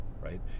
right